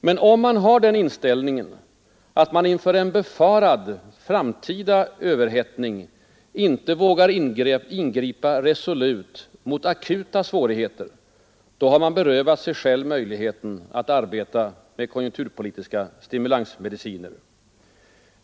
Men om man har den inställningen att man inför en befarad framtida överhettning inte vågar ingripa resolut mot akuta svårigheter, då har man berövat sig själv möjligheten att arbeta med konjunkturpolitiska stimulansmediciner.